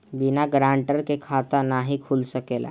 बिना गारंटर के खाता नाहीं खुल सकेला?